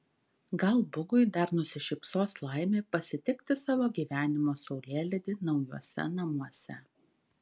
gal bugui dar nusišypsos laimė pasitikti savo gyvenimo saulėlydį naujuose namuose